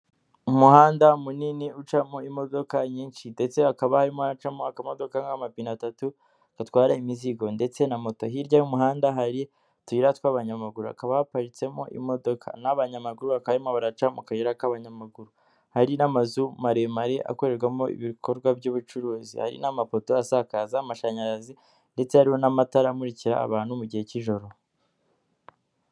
Umuhanda munini ucamo imodoka nyinshi ndetse hakaba harimo hacamo akamodoka k'amapine atatu gatwara imizigo ndetse na moto hirya y'umuhanda hari utuyira tw'abanyamaguru hakaba haparitsemo imodoka n'abanyamaguru baka brimo baraca mu kayira k'abanyamaguru hari n'amazu maremare akorerwamo ibikorwa by'ubucuruzi hari n'amapoto asakaza amashanyarazi ndetse hariho n'amatara amurikira abantu mu gihe cy'ijoro.